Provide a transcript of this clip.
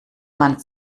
man